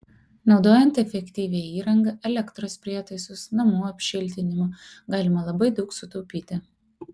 naudojant efektyvią įrangą elektros prietaisus namų apšiltinimą galima labai daug sutaupyti